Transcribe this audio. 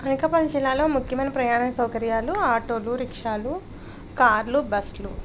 అనకాపల్లి జిల్లాలో ముఖ్యమైన ప్రయాణ సౌకర్యాలు ఆటోలు రిక్షాలు కార్లు బస్లు